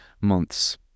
months